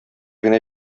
генә